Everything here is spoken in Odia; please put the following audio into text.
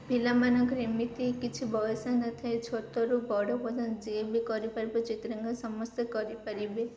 ପିଲାମାନଙ୍କର ଏମିତି କିଛି ବୟସ ନଥାଏ ଛୋଟରୁ ବଡ଼ ପର୍ଯ୍ୟନ୍ତ ଯିଏ ବି କରିପାରିବେ ଚିତ୍ରାଙ୍କନ ସମସ୍ତେ କରିପାରିବେ